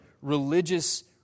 ...religious